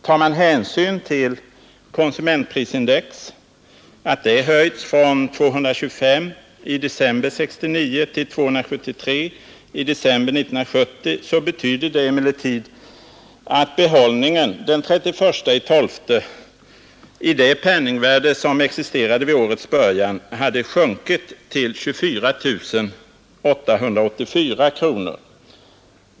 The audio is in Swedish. Tar man hänsyn till att konsumentprisindex höjts från 225 i december 1969 till 273 i december 1970 betyder det emellertid att behållningen den 31 december i det penningvärde som existerade vid årets början sjunkit till 24 884 kronor.